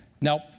Now